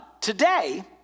today